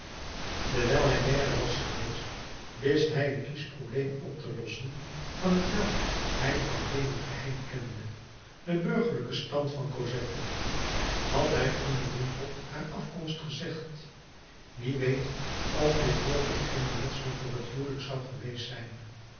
dewijl hij maire was geweest wist hij een kiesch probleem op te lossen van t welk hij alleen het geheim kende den burgerlijken stand van cosette had hij onbewimpeld haar afkomst gezegd wie weet of dit mogelijk geen beletsel voor het huwelijk zou geweest zijn